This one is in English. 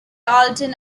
aleutian